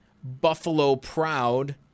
Buffalo-proud